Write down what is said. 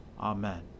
Amen